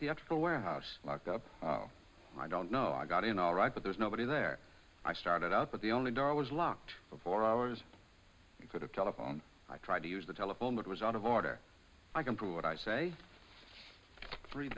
theatrical warehouse locked up and i don't know i got it all right but there's nobody there i started out but the only door was locked for four hours i could have telephoned i tried to use the telephone that was out of order i can prove what i say three